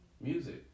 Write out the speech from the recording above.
music